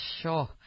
Sure